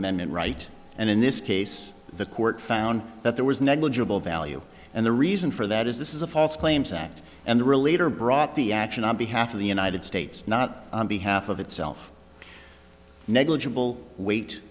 amendment right and in this case the court found that there was negligible value and the reason for that is this is a false claims act and the relator brought the action on behalf of the united states not on behalf of itself negligible weight